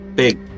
Big